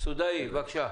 סודאי, בבקשה.